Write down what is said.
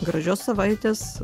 gražios savaitės